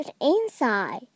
inside